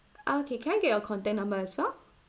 okay can I get your contact number as well